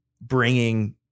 bringing